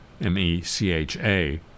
M-E-C-H-A